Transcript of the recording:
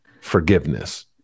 forgiveness